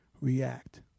React